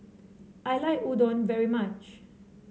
I like Udon very much